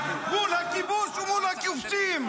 מול הכיבוש ומול הכובשים.